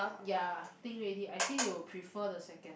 ya think already I think you will prefer the second one